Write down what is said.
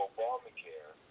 Obamacare